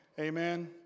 Amen